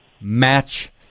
Match